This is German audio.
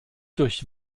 durch